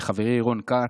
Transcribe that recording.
לחברי רון כץ,